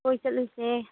ꯀꯣꯏ ꯆꯠꯂꯨꯁꯦ